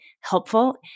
helpful